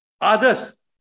others